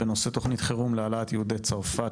בנושא: תוכנית חירום להעלאת יהודי צרפת